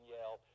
Yale